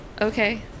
okay